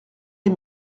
lès